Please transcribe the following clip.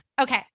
Okay